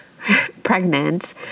pregnant